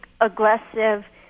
aggressive